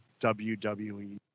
WWE